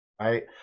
right